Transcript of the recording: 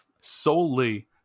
solely